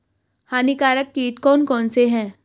हानिकारक कीट कौन कौन से हैं?